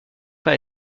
par